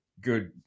good